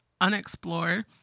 unexplored